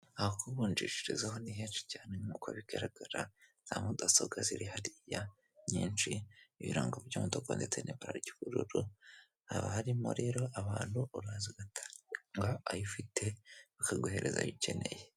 Aho kuvunjishirizaho ni henshi cyane, nkuko bigaragara za mudasobwa ziri hariya nyinshi, ibirango by'imodoka ndetse n'ibara ry'ubururu, haba harimo rero abantu uraza ugatanga ayo ufite bakaguhereza ayo ukeneye.